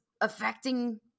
affecting